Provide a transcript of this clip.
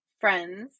friends